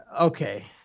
Okay